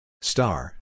Star